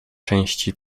części